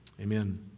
Amen